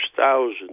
thousands